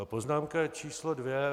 Poznámka číslo dvě.